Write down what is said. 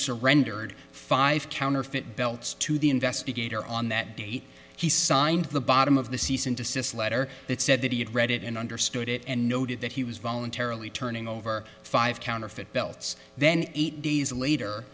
surrendered five counterfeit belts to the investigator on that day he signed the bottom of the cease and desist letter that said that he had read it and understood it and noted that he was voluntarily turning over five counterfeit belts then eight days later